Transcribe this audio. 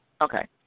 okay